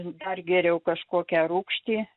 dar geriau kažkokią rūgštį